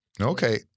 okay